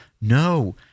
No